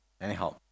Anyhow